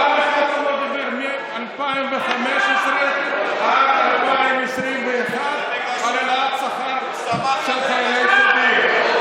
פעם אחת הוא לא דיבר מ-2015 עד 2021 על העלאת שכר לחיילי הסדיר.